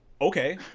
Okay